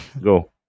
Go